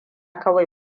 kawai